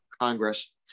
Congress